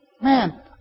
Man